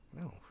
No